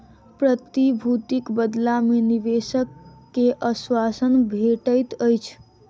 प्रतिभूतिक बदला मे निवेशक के आश्वासन भेटैत अछि